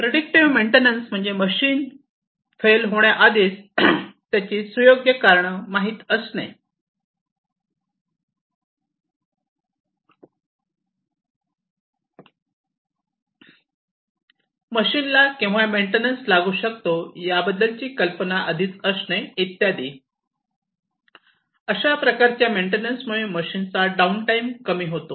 predictive maintenance म्हणजे machine fail होण्याआधीच त्याची सुयोग्य कारणं माहित असणे मशीनला केव्हा मेंटेन मेन्टेनन्स लागू शकतो याबद्दलची कल्पना आधीच असणे इत्यादी अशा प्रकारच्या मेंटेनन्स मुळे मशीन चा डाऊन टाईम कमी होतो